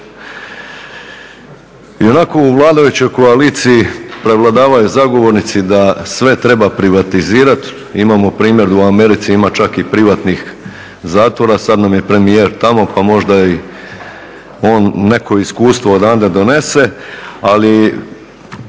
Ionako u vladajućoj koaliciji prevladavaju zagovornici da sve treba privatizirat. Imamo primjer, u Americi ima čak i privatnih zatvora, sad nam je premijer tamo pa možda i on neko iskustvo odande donese. Ali